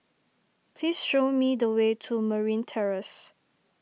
please show me the way to Marine Terrace